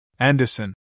Anderson